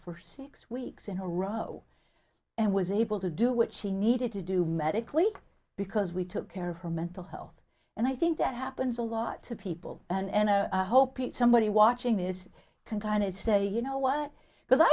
for six weeks in a row and was able to do what she needed to do medically because we took care of her mental health and i think that happens a lot to people and i hope somebody watching this can kind of say you know what because i